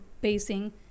basing